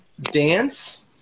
Dance